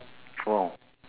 !wow!